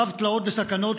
רב-תלאות וסכנות,